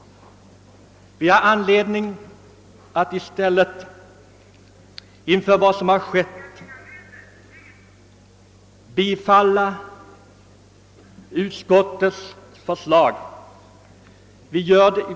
Vi har anledning att efter vad som har skett i stället bifalla utskottets förslag.